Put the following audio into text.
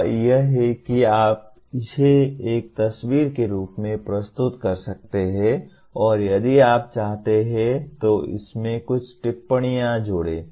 वह यह है कि आप इसे एक तस्वीर के रूप में प्रस्तुत कर सकते हैं और यदि आप चाहते हैं तो इसमें कुछ टिप्पणियां जोड़ें